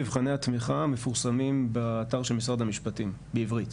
כלל מבחני התמיכה מפורסמים באתר של משרד המשפטים בעברית.